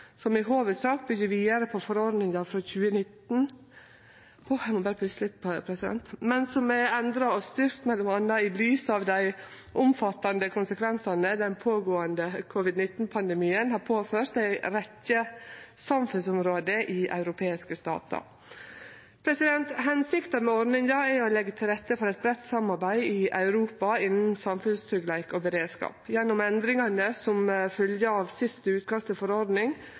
som i hovudsak byggjer vidare på forordninga frå 2019, men som er endra og styrkt m.a. i lys av dei omfattande konsekvensane den pågåande covid-19-pandemien har påført ei rekkje samfunnsområde i europeiske statar. Hensikta med ordninga er å leggje til rette for et breitt samarbeid i Europa innan samfunnstryggleik og beredskap. Gjennom endringane som fylgjer av siste utkast til forordning,